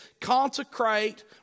Consecrate